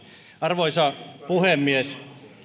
arvoisa puhemies